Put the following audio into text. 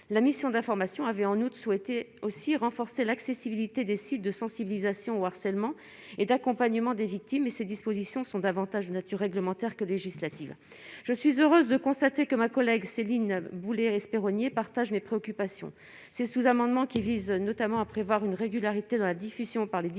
la mission d'information avait en août souhaité aussi renforcer l'accessibilité des sites de sensibilisation au harcèlement et d'accompagnement des victimes et ces dispositions sont davantage de nature réglementaire que législatives, je suis heureuse de constater que ma collègue Céline voulez respect rogner partagent mes préoccupations ces sous-amendements qui visent notamment à prévoir une régularité dans la diffusion par les dix